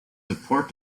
support